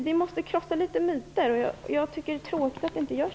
Vi måste krossa myter. Jag tycker att det är tråkigt att det inte görs.